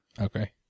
Okay